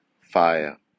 fire